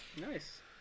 nice